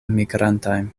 migrantaj